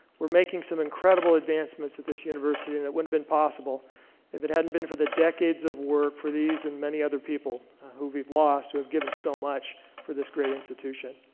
we're making some incredible advancements at this university, and it wouldn't have been possible if it hadn't been for the decades of work for these and many other people who we've lost who have given so much for this great institution.